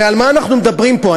הרי על מה אנחנו מדברים פה?